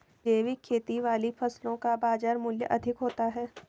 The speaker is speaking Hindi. जैविक खेती वाली फसलों का बाजार मूल्य अधिक होता है